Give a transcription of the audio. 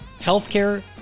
Healthcare